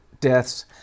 deaths